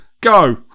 go